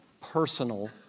personal